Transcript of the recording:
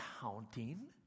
counting